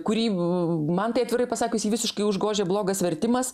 kurį man tai atvirai pasakius jį visiškai užgožia blogas vertimas